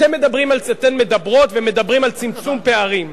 אתם מדברים ומדברות על צמצום פערים.